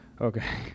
Okay